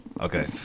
Okay